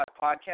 podcast